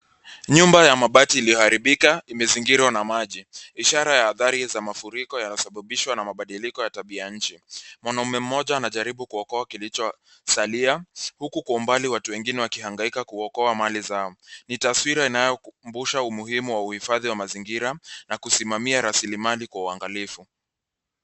Nyumba ya mabati iliyoharibika imezingirwa na maji. Ishara ya adhari za mafuriko yanasababishwa na mabadiliko ya tabi ya nchi. Mwanamme mmoja anajaribu kuokoa kilichosalia, huku mbali watu wengine wakihangaika wakiokoamali zao. Ni taswira inayokumbusha umuhimu wa uhifadhi wa mazingira, na kusimamia rasilimali kwa uangalifu.